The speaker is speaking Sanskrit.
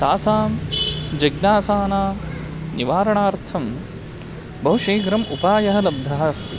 तासां जिज्ञासानां निवारणार्थं बहु शीघ्रम् उपायः लब्धः अस्ति